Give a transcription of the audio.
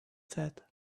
said